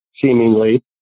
seemingly